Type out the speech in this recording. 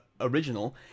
original